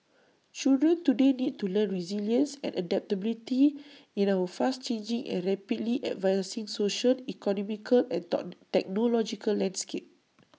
children today need to learn resilience and adaptability in our fast changing and rapidly advancing social economical and taught technological landscape